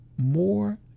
More